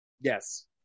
Yes